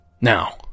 Now